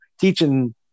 teaching